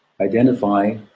identify